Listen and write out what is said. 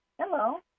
Hello